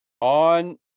On